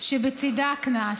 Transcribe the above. שבצידה קנס.